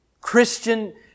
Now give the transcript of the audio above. Christian